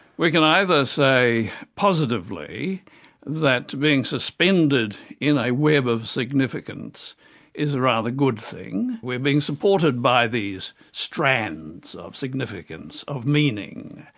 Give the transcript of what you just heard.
we can either say positively that being suspended in a web of significance is a rather good thing we're being supported by these strands of significance, of meaning,